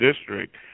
district